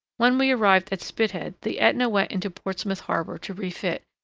when we arrived at spithead the aetna went into portsmouth harbour to refit,